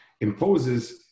imposes